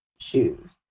Shoes